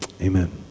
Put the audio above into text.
amen